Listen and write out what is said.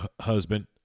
husband